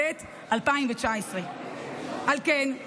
התשע"ט 2019. על כן,